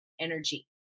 energy